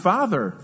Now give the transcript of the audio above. Father